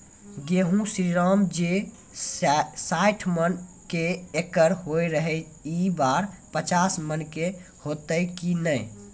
गेहूँ श्रीराम जे सैठ मन के एकरऽ होय रहे ई बार पचीस मन के होते कि नेय?